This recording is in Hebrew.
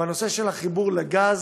בנושא של החיבור לגז,